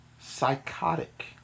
Psychotic